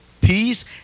peace